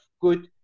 good